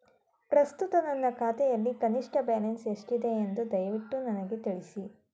ಪ್ರಸ್ತುತ ನನ್ನ ಖಾತೆಯಲ್ಲಿ ಕನಿಷ್ಠ ಬ್ಯಾಲೆನ್ಸ್ ಎಷ್ಟಿದೆ ಎಂದು ದಯವಿಟ್ಟು ನನಗೆ ತಿಳಿಸಿ